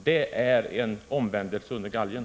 Det är enligt min mening en omvändelse under galgen.